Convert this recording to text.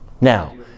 Now